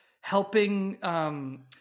helping